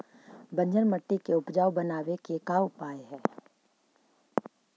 बंजर मट्टी के उपजाऊ बनाबे के का उपाय है?